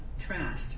trashed